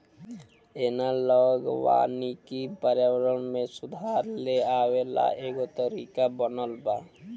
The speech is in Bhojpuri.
एनालॉग वानिकी पर्यावरण में सुधार लेआवे ला एगो तरीका बनल बा